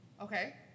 okay